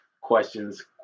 Questions